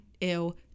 ew